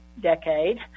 decade